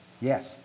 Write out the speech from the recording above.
Yes